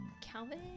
Calvin